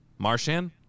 Marshan